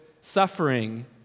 suffering